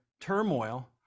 turmoil